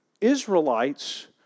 Israelites